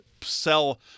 sell